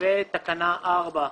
בתקנה 4,